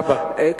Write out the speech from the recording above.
תודה רבה.